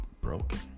broken